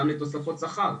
גם לתוספות שכר,